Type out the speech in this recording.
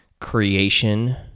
creation